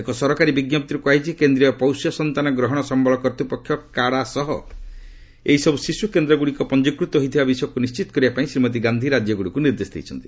ଏକ ସରକାରୀ ବିଜ୍ଞପ୍ତିରେ କୁହାଯାଇଛି କେନ୍ଦ୍ରୀୟ ପୌଷ୍ୟ ସନ୍ତାନ ଗ୍ରହଣ ସମ୍ଭଳ କର୍ତ୍ତ୍ୱପକ୍ଷ କାଡ଼ା ସହ ଏହିସବୁ ଶିଶୁ କେନ୍ଦ୍ରଗୁଡ଼ିକ ପଞ୍ଜିକୃତ ହୋଇଥିବା ବିଷୟକୁ ନିର୍ଣ୍ଣିତ କରିବା ପାଇଁ ଶ୍ରୀମତୀ ଗାନ୍ଧି ରାଜ୍ୟଗୁଡ଼ିକୁ ନିର୍ଦ୍ଦେଶ ଦେଇଛନ୍ତି